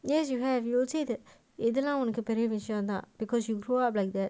yes you have you will say that இதெல்லாம்உனக்குபெரியவிஷயம்தா:ithellam unkku periya vichayamtha because proven that